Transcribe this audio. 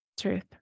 Truth